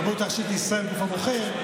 משילות, הרבנות הראשית לישראל, הגוף הבוחר.